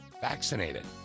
vaccinated